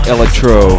Electro